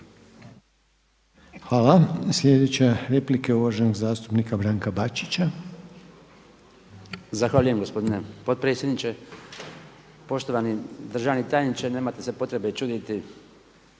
Hvala. Sljedeća replika je uvaženog zastupnika Branka Bačića. **Bačić, Branko (HDZ)** Zahvaljujem gospodine potpredsjedniče. Poštovani državni tajniče nemate se potrebe čuditi